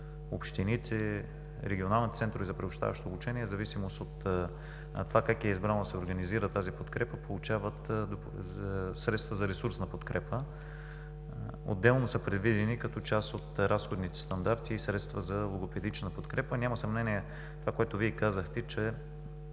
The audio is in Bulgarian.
общините, регионалните центрове за приобщаващо обучение, в зависимост от това как е избрано да се организира тази подкрепа, получават средства за ресурсна подкрепа. Отделно са предвидени, като част от разходните стандарти, и средства за логопедична подкрепа. Няма съмнение това, което Вие казахте, че